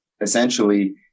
essentially